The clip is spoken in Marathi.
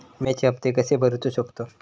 विम्याचे हप्ते कसे भरूचो शकतो?